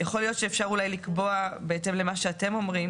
יכול להיות שאפשר אולי לקבוע בהתאם למה שאתם אומרים